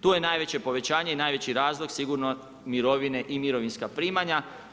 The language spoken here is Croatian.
Tu je najveće povećanje i najveći razlog sigurno mirovine i mirovinska primanja.